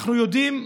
אנחנו יודעים,